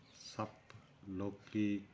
ਸੱਪ ਲੌਕੀ